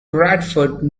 bradford